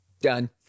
Done